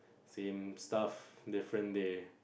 same stuff different day